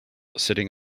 sitting